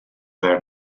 their